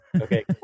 Okay